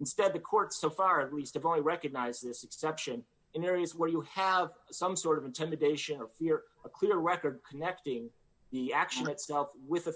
instead the courts so far at least of all recognize this exception in areas where you have some sort of intimidation or fear a clear record connecting the action itself with a